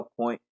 point